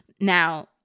Now